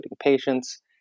patients